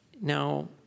Now